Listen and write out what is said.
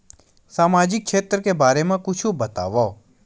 सामाजिक क्षेत्र के बारे मा कुछु बतावव?